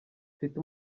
mfite